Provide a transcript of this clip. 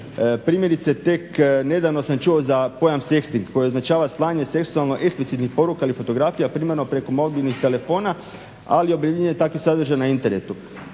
Primjerice, tek nedavno sam čuo za pojam sexting koji označava slanje seksualno eksplicitnih poruka ili fotografija primarno preko mobilnih telefona, ali i objavljivanje takvih sadržaja na internetu.